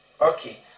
Okay